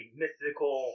mythical